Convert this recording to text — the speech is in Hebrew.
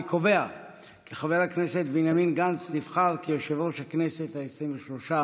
אני קובע כי חבר הכנסת בנימין גנץ נבחר ליושב-ראש הכנסת העשרים-ושלוש,